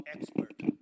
expert